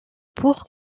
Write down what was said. pour